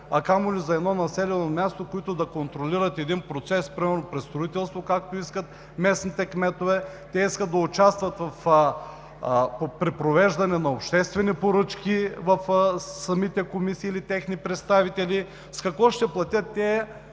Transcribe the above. а дори и за едно населено място, които да контролират един процес, например строителството, както искат местните кметове. Те искат да участват при провеждане на обществените поръчки в самите комисии или техни представители. С какво ще платят те